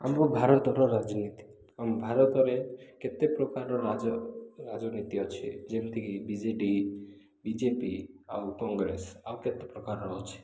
ଆମ ଭାରତର ରାଜନୀତି ଆମ ଭାରତରେ କେତେ ପ୍ରକାରର ରାଜ ରାଜନୀତି ଅଛି ଯେମିତିକି ବିଜେଡ଼ି ବିଜେପି ଆଉ କଂଗ୍ରେସ ଆଉ କେତେ ପ୍ରକାରର ଅଛି